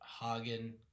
Hagen